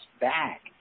back